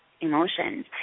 emotions